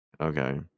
Okay